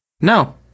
No